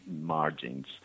margins